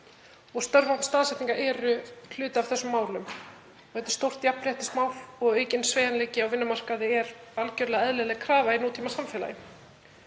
Störf án staðsetningar eru hluti af þessum málum. Þetta er stórt jafnréttismál og aukinn sveigjanleiki á vinnumarkaði er algjörlega eðlileg krafa í nútímasamfélagi.